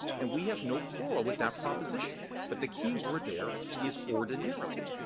and we have no quarrel with that proposition. but the key word there is ordinarily,